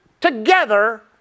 together